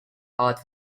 heart